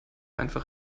einfach